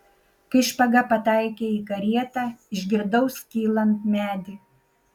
kai špaga pataikė į karietą išgirdau skylant medį